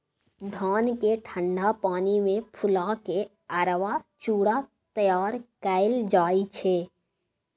धान केँ ठंढा पानि मे फुला केँ अरबा चुड़ा तैयार कएल जाइ छै